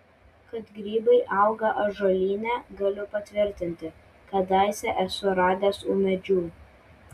kad grybai auga ąžuolyne galiu patvirtinti kadaise esu radęs ūmėdžių